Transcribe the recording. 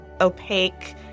opaque